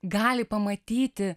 gali pamatyti